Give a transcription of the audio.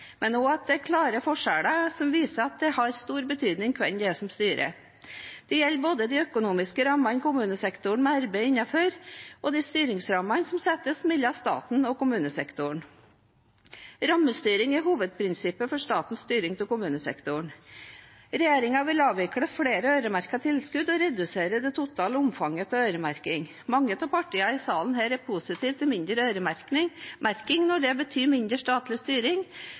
men også at det er klare forskjeller som viser at det har stor betydning hvem det er som styrer. Dette gjelder både de økonomiske rammene kommunesektoren må arbeide innenfor, og de styringsrammene som settes mellom staten og kommunesektoren. Rammestyring er hovedprinsippet for statens styring av kommunesektoren. Regjeringen vil avvikle flere øremerkede tilskudd og redusere det totale omfanget av øremerking. Mange av partiene i salen her er positive til mindre øremerking når det betyr mindre statlig styring